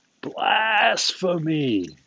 Blasphemy